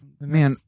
Man